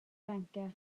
banker